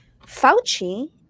Fauci